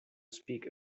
speak